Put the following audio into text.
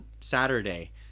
Saturday